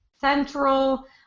Central